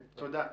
תודה.